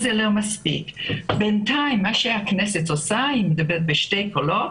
זה לא מספיק, בינתיים הכנסת מדברת בשני קולות: